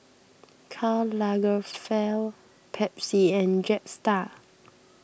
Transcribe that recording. Karl Lagerfeld Pepsi and Jetstar